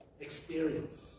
experience